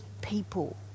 people